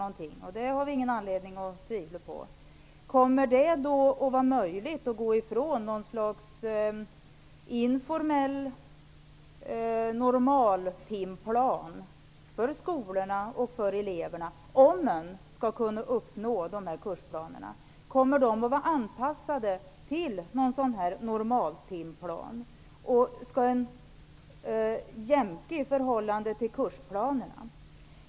Jag undrar om det kommer att vara möjligt för skolorna och eleverna att gå ifrån något slags informell normaltimplan och ändå kunna uppnå dessa mål. Kommer kursplanerna att vara anpassade till någon normaltimplan? Skall man jämka i förhållande till kursplanerna?